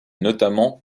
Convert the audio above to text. notamment